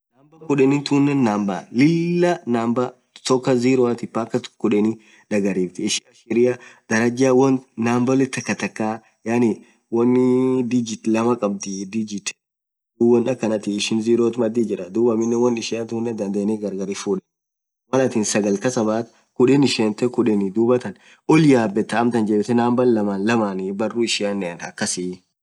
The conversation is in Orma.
Number kudheni tunen number Lilah number kuthoka zeroathi mpka kudheni dhariftiii ashiria dharaja won numboleee thakthaka yaani won digits lamma khabdhi digits dhub won akahnathi zerothi madhii Jira aminen won ishia thunen dhandheni gargar hinfudheni Mal athin sagal kasabhatu kudhen isheth dhuathan oll yabetha jebithee number laman barru ishianen akasiii